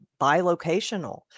bilocational